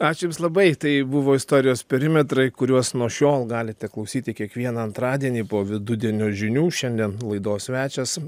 ačiū jums labai tai buvo istorijos perimetrai kuriuos nuo šiol galite klausyti kiekvieną antradienį po vidudienio žinių šiandien laidos svečias